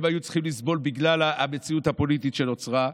הם היו צריכים לסבול בגלל המציאות הפוליטית שנוצרה.